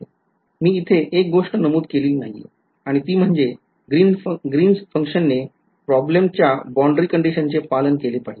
मी इथे एक गोष्ट नमूद केलेली नाहीये आणि ती म्हणजे याग्रीनस फंक्शनने प्रॉब्लेमच्या boundary कंडिशन्सचे पालन केले पाहिजे